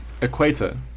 equator